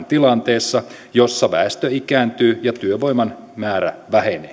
tilanteessa jossa väestö ikääntyy ja työvoiman määrä vähenee